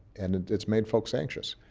and it's made folks anxious.